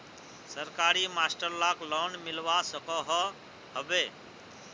सरकारी master lakh loan मिलवा सकोहो होबे?